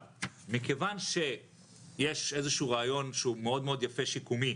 מכיוון שיש איזשהו רעיון שהוא מאוד מאוד יפה שיקומי,